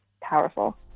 powerful